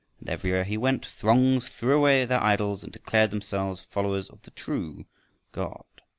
and everywhere he went throngs threw away their idols and declared themselves followers of the true god.